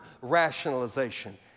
rationalization